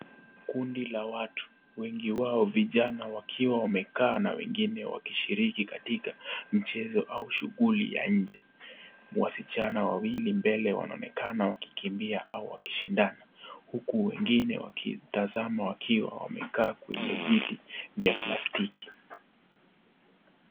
Kundi la watu wengi wao vijana wakiwa wamekaa na wengine wakishiriki katika mchezo au shughuli ya nje. Wasichana wawili mbele wanaonekana wakikimbia au wakishindana huku wengine wakitazama wakiwa wamekaa kwenye viti vya plastiki.